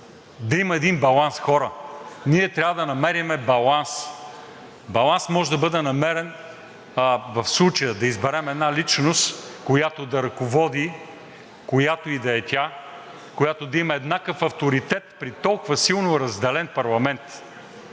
да има един баланс. Ние трябва да намерим баланс. Баланс може да бъде намерен и в случая да изберем една личност, която да ръководи, която и да е тя, която да има еднакъв авторитет при толкова силно разделен парламент.